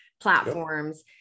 platforms